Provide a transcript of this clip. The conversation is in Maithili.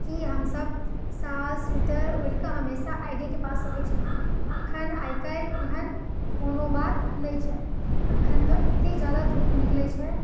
कि हमसभ साल स्वीटर ओढ़िकऽ हमेशा आगेके पास रहैत छलहुँ एखन आइ कल्हि एहन कोनो बात नहि छै एखन तऽ एतेक जादा धूप निकलैत छै